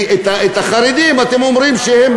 כי את החרדים אתם אומרים שהם,